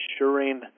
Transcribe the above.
ensuring